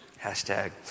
Hashtag